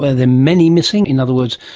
were there many missing? in other words,